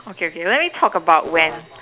okay okay let me talk about when